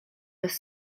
bez